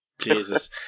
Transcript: Jesus